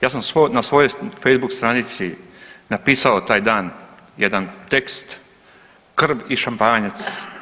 Ja sam na svojoj Facebook stranici napisao taj dan jedan tekst krv i šampanjac.